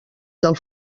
del